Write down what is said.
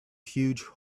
huge